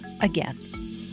again